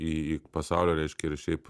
į į pasaulio reiškia ir šiaip